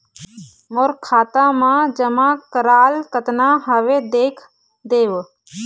मोर खाता मा जमा कराल कतना हवे देख देव?